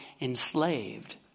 enslaved